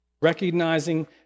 recognizing